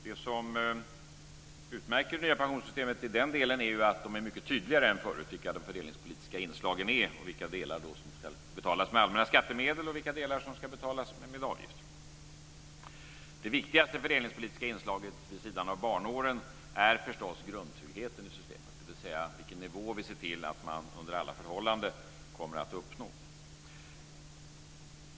Det som utmärker det nya pensionssystemet i den delen är ju att det är mycket tydligare än förut vilka de fördelningspolitiska inslagen är, vilka delar som ska betalas med allmänna skattemedel och vilka delar som ska betalas med avgifter. Det viktigaste fördelningspolitiska inslaget vid sidan av barnåren är förstås grundtryggheten i systemet, dvs. vilken nivå vi ser till att man under alla förhållanden kommer att uppnå.